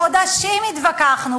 חודשים התווכחנו.